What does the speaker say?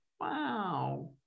Wow